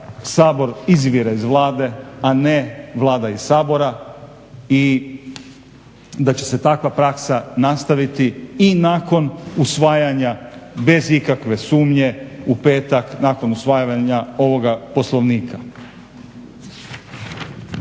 da Sabor izvire iz Vlade, a ne Vlada iz Sabora i da će se takva praksa nastaviti i nakon usvajanja bez ikakve sumnje u petak, nakon usvajanja ovoga Poslovnika.